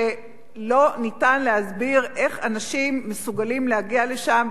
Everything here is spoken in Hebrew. כשלא ניתן להסביר איך אנשים מסוגלים להגיע לשם,